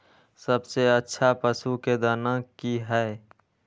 सबसे अच्छा पशु के दाना की हय?